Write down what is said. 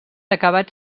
acabat